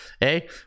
hey